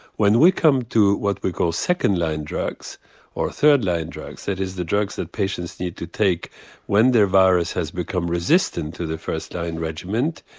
when we come to what we call second line drugs or third line drugs, that is the drugs that patients need to take when their virus has become resistant to the first line regimen,